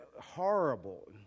horrible